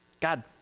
God